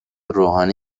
روحانی